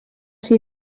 rhy